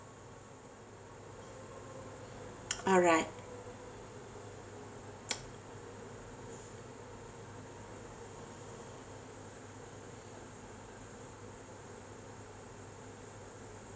alright